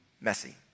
messy